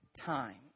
time